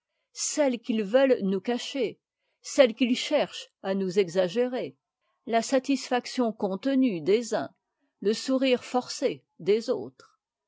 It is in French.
celle qu'ils veulent nous cacher celle qu'ils cherchent à nous exagérer la satisfaction contenue des uns le sourire forcé des autres